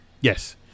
Yes